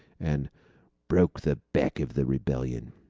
and broke the back of the rebellion.